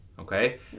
Okay